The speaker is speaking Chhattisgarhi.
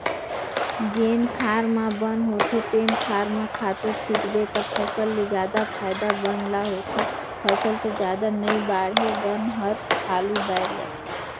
जेन खार म बन होथे तेन खार म खातू छितबे त फसल ले जादा फायदा बन ल होथे, फसल तो जादा नइ बाड़हे बन हर हालु बायड़ जाथे